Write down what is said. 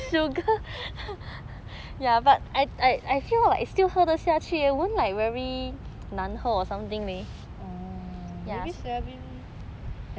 orh maybe soya bean never mind lah